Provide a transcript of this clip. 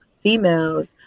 females